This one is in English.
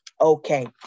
okay